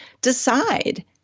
decide